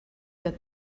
that